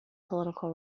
political